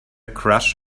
crush